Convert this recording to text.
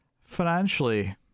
financially